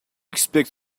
expects